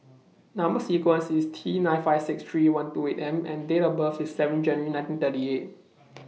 Number sequence IS T nine five six three one two eight M and Date of birth IS seven January nineteen thirty eight